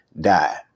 die